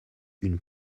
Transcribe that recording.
une